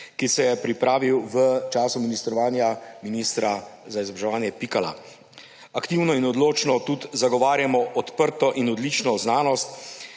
ki se je pripravil v času ministrovanja ministra za izobraževanje Pikala. Aktivno in odločno tudi zagovarjamo odprto in odlično znanost